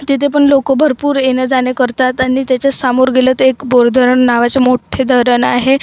तिथे पण लोक भरपूर येणं जाणे करतात आणि त्याच्यात सामोर गेलं तर एक बोर धरण नावाचे मोठे धरण आहे